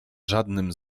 żadnym